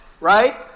right